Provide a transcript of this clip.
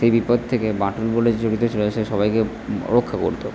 সেই বিপদ থেকে বাঁটুল বলে যে চরিত্র ছিলো সে সবাইকে রক্ষা করতো